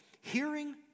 Hearing